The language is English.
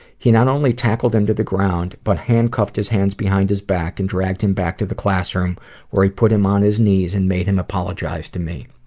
he not only tackled him to the ground, but handcuffed his hands behind his back and dragged him back to the classroom where he put him on his knees and made him apologize to me.